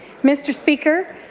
mr. speaker,